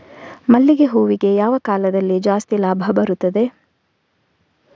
ಮಲ್ಲಿಗೆ ಹೂವಿಗೆ ಯಾವ ಕಾಲದಲ್ಲಿ ಜಾಸ್ತಿ ಲಾಭ ಬರುತ್ತದೆ?